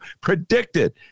predicted